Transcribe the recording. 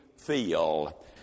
feel